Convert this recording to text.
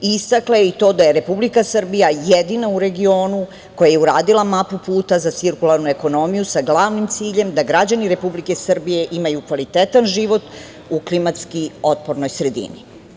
Istakla je i to da je Republika Srbija jedina u regionu koja je uradila mapu puta za cirkularnu ekonomiju sa glavnim ciljem da građani Republike Srbije imaju kvalitetan život u klimatski otpornoj sredini.